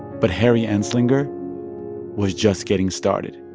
but harry anslinger was just getting started.